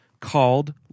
called